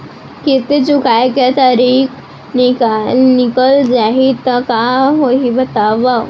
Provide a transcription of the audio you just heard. किस्ती चुकोय के तारीक निकल जाही त का होही बताव?